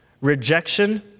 rejection